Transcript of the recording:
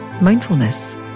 mindfulness